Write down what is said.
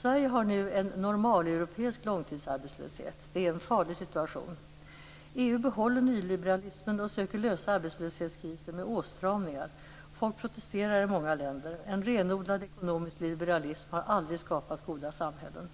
Sverige har nu en normaleuropeisk långtidsarbetslöshet. Det är en farlig situation. EU behåller nyliberalismen och söker lösa arbetslöshetskrisen med åtstramningar. Folk protesterar i många länder. En renodlad ekonomisk liberalism har aldrig skapat goda samhällen.